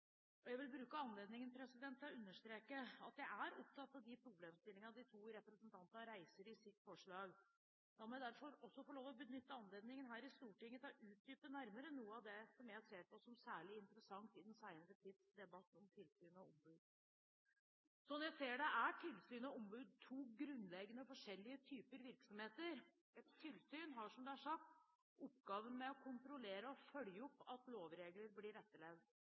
og Datatilsynet. Jeg vil bruke anledningen til å understreke at jeg er opptatt av de problemstillingene de to representantene reiser i sitt forslag. La meg derfor også få lov å benytte anledningen her i Stortinget til å utdype nærmere noe av det som jeg ser på som særlig interessant i den senere tids debatt om tilsyn og ombud. Slik jeg ser det, er tilsyn og ombud to grunnleggende forskjellige typer virksomheter. Et tilsyn har, som det er sagt, oppgaven med å kontrollere og følge opp at lovregler blir etterlevd.